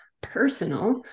personal